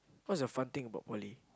what's your fun thing about poly